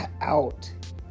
out